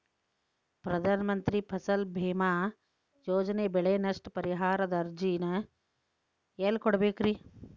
ಪ್ರಧಾನ ಮಂತ್ರಿ ಫಸಲ್ ಭೇಮಾ ಯೋಜನೆ ಬೆಳೆ ನಷ್ಟ ಪರಿಹಾರದ ಅರ್ಜಿನ ಎಲ್ಲೆ ಕೊಡ್ಬೇಕ್ರಿ?